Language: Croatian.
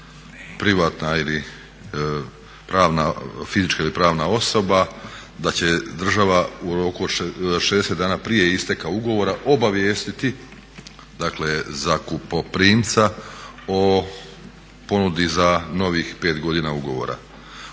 privatna fizička ili pravna osoba, da će država u roku 60 dana prije isteka ugovora obavijestiti zakupoprimca o ponudi za novih 5 godina ugovora,